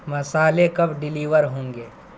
مصالحے کب ڈیلیور ہوں گے